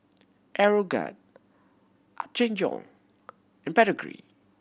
Aeroguard Apgujeong and Pedigree